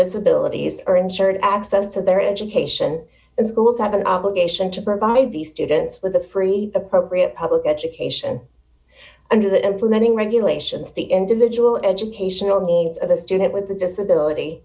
disabilities are ensured access to their education and schools have an obligation to provide these students with a free appropriate public education under the implementing regulations the individual educational needs of the student with a disability